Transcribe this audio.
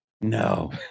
No